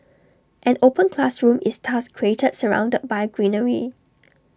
an open classroom is thus created surrounded by greenery